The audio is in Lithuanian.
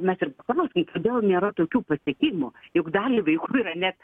mes ir paklauskim kodėl nėra tokių pasiekimų juk daliai vaikų yra net